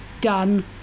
done